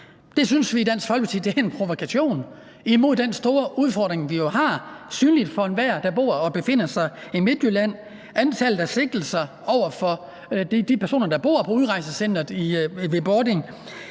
Det synes vi i Dansk Folkeparti er en provokation imod den store udfordring, vi har, og som er synlig for enhver, der bor og befinder sig i Midtjylland: Antallet af sigtelser over for de personer, der bor på udrejsecenteret ved Bording,